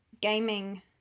gaming